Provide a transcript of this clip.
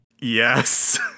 Yes